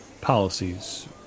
policies